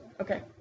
Okay